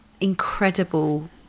incredible